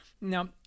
Now